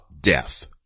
death